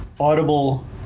audible